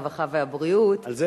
הרווחה והבריאות,